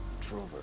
Trover